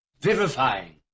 vivifying